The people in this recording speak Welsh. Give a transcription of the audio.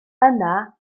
yna